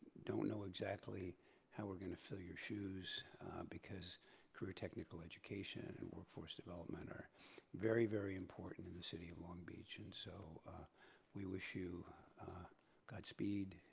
don't know exactly how we're gonna fill your shoes because career technical education and workforce development are very very important in the city of long beach and so we wish you godspeed.